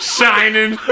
Shining